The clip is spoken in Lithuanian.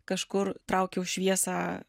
kažkur traukiau šviesą